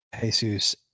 Jesus